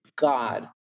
God